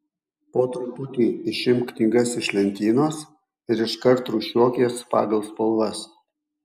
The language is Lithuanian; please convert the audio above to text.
po truputį išimk knygas iš lentynos ir iškart rūšiuok jas pagal spalvas